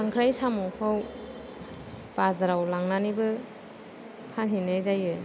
खांख्राय साम'खौ बाजाराव लांनानैबो फानहैनाय जायो